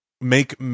make